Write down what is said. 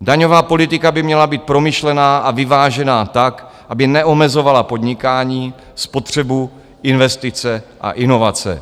Daňová politika by měla být promyšlená a vyvážená tak, aby neomezovala podnikání, spotřebu, investice a inovace.